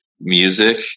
music